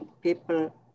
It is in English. people